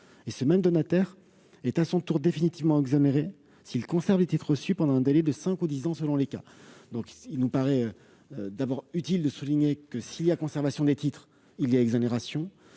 Ce même donataire est à son tour définitivement exonéré, s'il conserve les titres reçus pendant un délai de cinq ans ou de dix ans, selon les cas. Il me paraît utile de souligner que, s'il y a conservation des titres, il y a exonération.